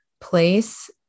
place